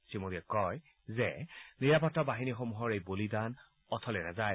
শ্ৰীমোদীয়ে কয় যে নিৰাপত্তা বাহিনীসমূহৰ এই বলিদান অথলে নাযায়